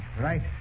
Right